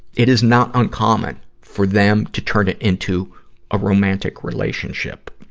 it is not uncommon for them to turn it into a romantic relationship.